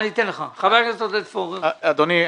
אדוני,